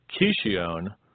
Kishion